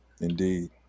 indeed